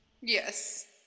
Yes